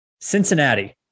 Cincinnati